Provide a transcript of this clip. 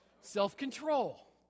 self-control